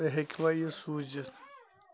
تُہۍ ہیٚکوٕ یہِ سوٗزِتھ